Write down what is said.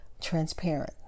transparent